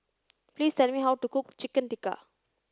please tell me how to cook Chicken Tikka